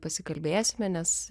pasikalbėsime nes